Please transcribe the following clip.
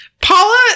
Paula